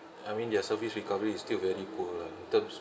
I mean their service recovery is still very poor ah in terms